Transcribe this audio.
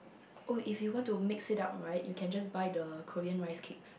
oh if you want to mix it up right you can just buy the Korean rice cakes